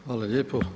Hvala lijepo.